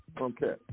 Okay